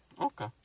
Okay